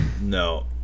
No